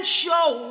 show